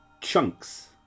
chunks